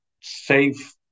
safe